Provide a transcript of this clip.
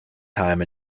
time